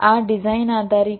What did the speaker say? આ ડિઝાઇન આધારિત છે